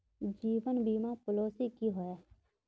जीवन बीमा पॉलिसी की होय?